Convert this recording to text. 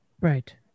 Right